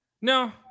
No